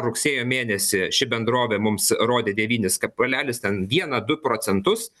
rugsėjo mėnesį ši bendrovė mums rodė devynis kablelis ten vieną du procentus